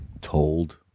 told